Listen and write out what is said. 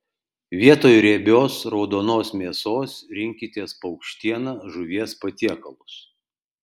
vietoj riebios raudonos mėsos rinkitės paukštieną žuvies patiekalus